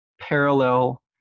parallel